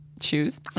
shoes